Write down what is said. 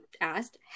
asked